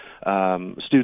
Students